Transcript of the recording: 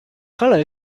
colour